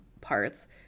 parts